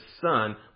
son